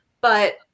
But-